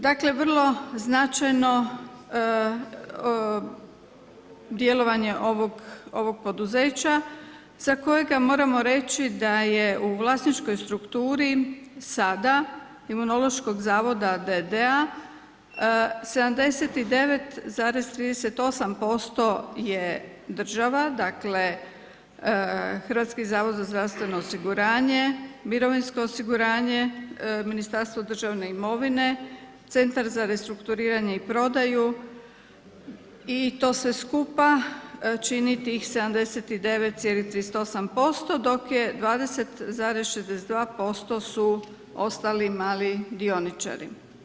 Dakle vrlo značajno djelovanje ovog poduzeća za kojega moramo reći da je u vlasničkoj strukturi sada Imunološkog zavoda d.d. 79,38% je država, dakle Hrvatski zavod za zdravstveno osiguranje, mirovinsko osiguranje, Ministarstvo državne imovine, Centar za restrukturiranje i prodaju i to sve skupa čini tih 79,38%, dok je 20,62% su ostali mali dioničari.